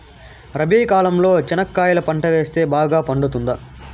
రబి కాలంలో చెనక్కాయలు పంట వేస్తే బాగా పండుతుందా?